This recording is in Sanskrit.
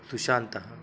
सुशान्तः